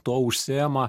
tuo užsiima